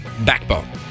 backbone